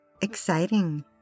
exciting